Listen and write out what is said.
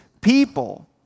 people